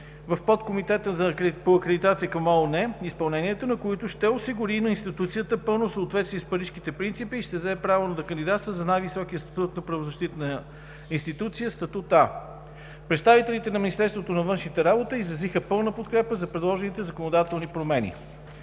в Подкомитета по акредитация към ООН, изпълнението на които ще осигури на институцията пълно съответствие с Парижките принципи и ще й даде право да кандидатства за най-високия статут на правозащитна институция – статут „А“. Представителите от Министерството на външните работи изразиха пълна подкрепа за предложените законодателни промени.